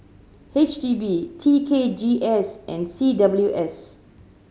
H D B T K G S and C W S